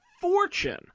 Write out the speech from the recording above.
fortune